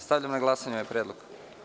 Stavljam na glasanje ovaj predlog.